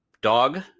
dog